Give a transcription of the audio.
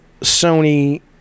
Sony